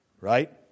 right